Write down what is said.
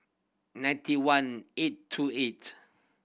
ninety one eight two eight